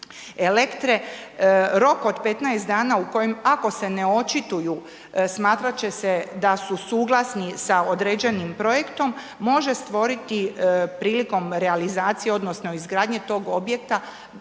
Elektre, rok od 15 dana u kojem, ako se ne očituju smatrat će se da su suglasni sa određenim projektom, može stvoriti prilikom realizacije odnosno izgradnje tog objekta